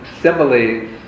similes